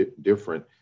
different